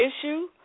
issue